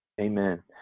Amen